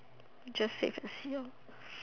just save and see